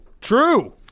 True